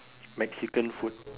mexican food